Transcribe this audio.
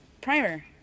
primer